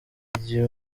igihe